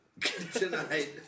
Tonight